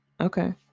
Okay